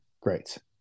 great